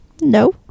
No